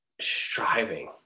striving